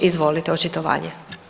Izvolite očitovanje.